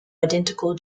identical